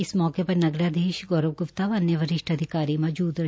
इस मौके पर नगराधीश गौरव ग्प्ता व अन्य वरिष्ट अधिकारी मौजूद रहे